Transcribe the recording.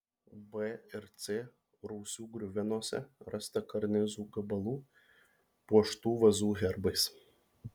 b ir c rūsių griuvenose rasta karnizų gabalų puoštų vazų herbais